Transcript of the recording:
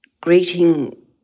greeting